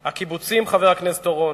הקיבוצים, חבר הכנסת אורון,